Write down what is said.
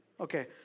Okay